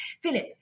Philip